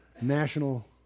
national